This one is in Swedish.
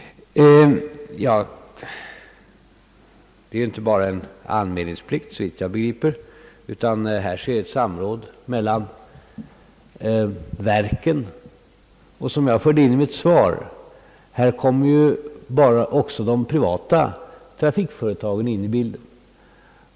Det är såvitt jag förstår inte bara fråga om en anmälningsplikt i detta fall, utan det sker också ett samråd mellan verken. Såsom jag angivit i mitt svar kommer även de privata trafikföretagen in i bilden.